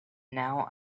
now